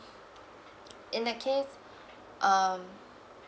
in that case um